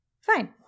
Fine